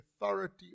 authority